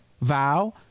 vow